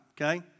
okay